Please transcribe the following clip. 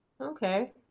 Okay